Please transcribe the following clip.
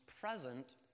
present